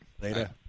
Later